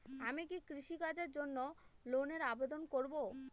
আমি কি কৃষিকাজের জন্য লোনের আবেদন করব?